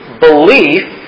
belief